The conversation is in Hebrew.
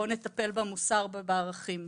בואו נטפל במוסר ובערכים,